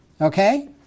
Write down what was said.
Okay